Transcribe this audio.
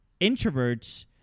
introverts